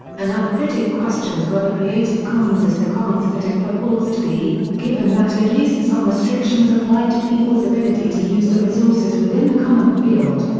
another critic questions whether creative commons is the commons that it purports to be, given that at least some restrictions apply to people's ability to use the resources within the common field.